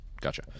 gotcha